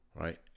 right